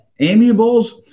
amiables